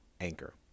Anchor